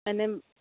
ma'am